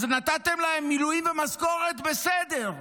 אז נתתם להם מילואים ומשכורת, בסדר,